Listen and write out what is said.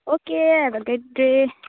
okay have a good day